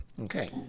Okay